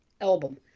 album